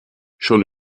schon